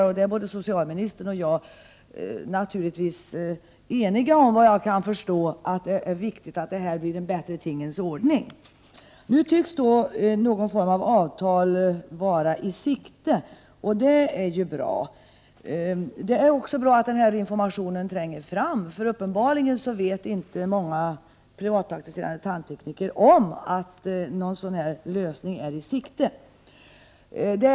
Såvitt jag förstår är socialministern och jag eniga om att det är viktigt att det blir en bättre tingens ordning på detta område. Nu tycks någon form av avtal vara i sikte, och det är ju bra. Det är också angeläget att informationen härom tränger fram, för uppenbarligen vet inte många privatpraktiserande tandtekniker om att en sådan lösning är i sikte. Ersättningssystemet borde vidare kunna förbättras.